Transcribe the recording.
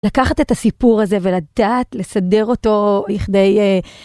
לקחת את הסיפור הזה ולדעת לסדר אותו לכדי